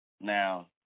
Now